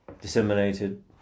disseminated